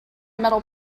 metal